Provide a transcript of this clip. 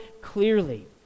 clearly